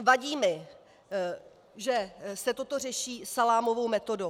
Vadí mi, že se toto řeší salámovou metodou.